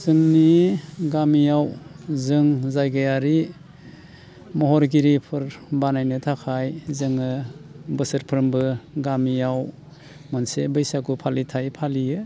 जोंनि गामियाव जों जायगायारि महरगिरिफोर बानायनो थाखाय जोङो बोसोरफ्रोमबो गामियाव मोनसे बैसागु फालिथाय फालियो